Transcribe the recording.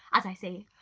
as i say,